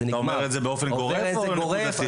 אתה אומרת את זה באופן גורף, או נקודתי?